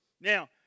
Now